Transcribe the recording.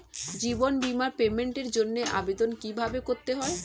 জীবন বীমার পেমেন্টের জন্য আবেদন কিভাবে করতে হয়?